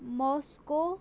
Moscow